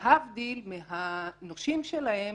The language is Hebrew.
להבדיל מהנושים שלהם,